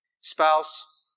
spouse